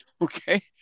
Okay